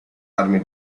army